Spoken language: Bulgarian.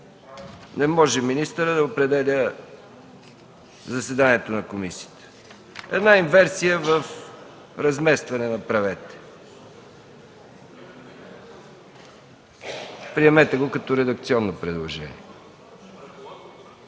Не може министърът да определя заседанието на комисията. Една инверсия – направете разместване. Приемете го като редакционно предложение.